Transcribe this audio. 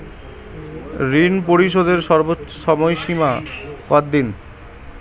ঋণ পরিশোধের সর্বোচ্চ সময় সীমা কত দিন?